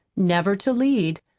never to lead,